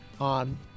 on